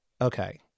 okay